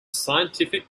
scientific